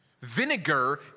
Vinegar